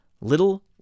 Little